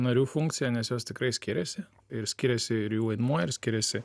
narių funkcija nes jos tikrai skiriasi ir skiriasi ir jų vaidmuo ir skiriasi